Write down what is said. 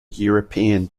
european